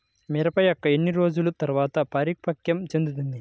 మిరప మొక్క ఎన్ని రోజుల తర్వాత పరిపక్వం చెందుతుంది?